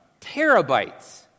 terabytes